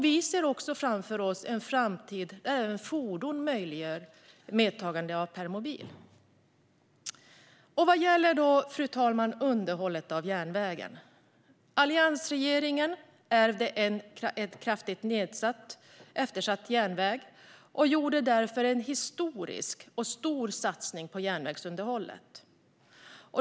Vi ser också framför oss en framtid där fordon möjliggör för medtagande av permobil. Fru talman! Vad gäller underhållet av järnvägen ärvde alliansregeringen en kraftigt eftersatt järnväg och gjorde därför en historiskt stor satsning på järnvägsunderhållet.